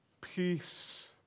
peace